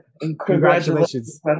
Congratulations